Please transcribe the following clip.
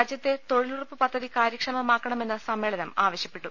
രാജ്യത്തെ തൊഴിലു റപ്പ് പദ്ധതി കാര്യക്ഷമമാക്കണമെന്ന് സമ്മേളനം ആവശ്യപ്പെട്ടു